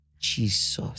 Jesus